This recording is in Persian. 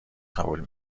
قبول